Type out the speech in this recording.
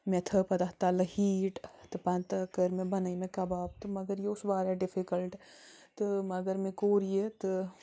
مےٚ تھٲو پتہٕ اَتھ تَلہٕ ہیٖٹ تہٕ پتہٕ کٔر مےٚ بنٲے مےٚ کَباب تہٕ مگر یہِ اوس وارِیاہ ڈِفِکلٹ تہٕ مگر مےٚ کوٚر یہِ تہٕ